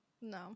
No